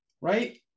right